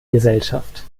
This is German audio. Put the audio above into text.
gesellschaft